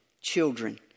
children